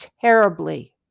terribly